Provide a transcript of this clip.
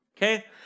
Okay